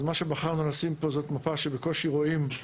בחרנו לשים פה מפה ולהראות שיש